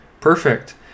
perfect